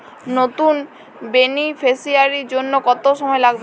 নতুন বেনিফিসিয়ারি জন্য কত সময় লাগবে?